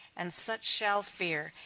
and such shall fear,